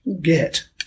get